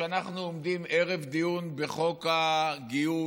כשאנחנו עומדים ערב דיון בחוק הגיוס,